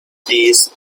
these